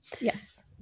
yes